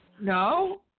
No